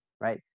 right